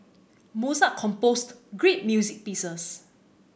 Mozart composed great music pieces